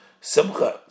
Simcha